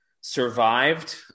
survived